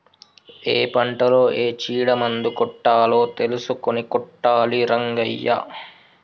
ఏ పంటలో ఏ చీడ మందు కొట్టాలో తెలుసుకొని కొట్టాలి రంగయ్య